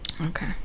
Okay